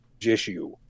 issue